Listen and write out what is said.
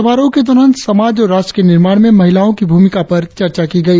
समारोह के दौरान समाज और राष्ट्र के निर्माण में महिलाओं की भूमिका पर चर्चा की गई